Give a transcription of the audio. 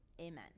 Amen